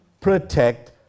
Protect